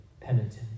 penitent